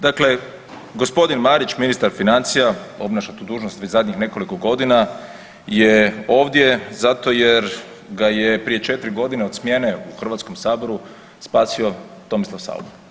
Dakle, gospodin Marić, ministar financija obnaša tu dužnost već zadnjih nekoliko godina je ovdje zato jer ga je prije 4 godine od smjene u Hrvatskom saboru spasio Tomislav Saucha.